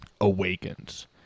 awakens